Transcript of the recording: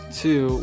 two